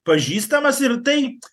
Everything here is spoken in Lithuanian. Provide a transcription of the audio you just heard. pažįstamas ir taip